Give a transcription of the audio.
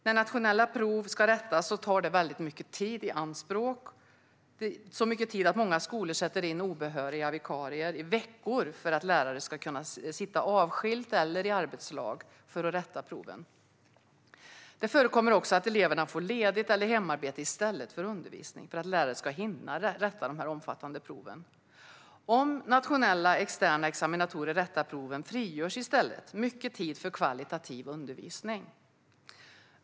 När nationella prov ska rättas tar det så mycket tid i anspråk att många skolor sätter in obehöriga vikarier i veckor för att lärare ska kunna sitta avskilt eller i arbetslag för att rätta proven. Det förekommer också att eleverna får ledigt eller hemarbete i stället för undervisning för att lärare ska hinna rätta de omfattande proven. Om nationella, externa examinatorer rättar proven frigörs i stället mycket tid för högkvalitativ undervisning.